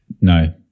No